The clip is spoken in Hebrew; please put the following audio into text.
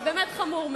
זה באמת חמור מאוד.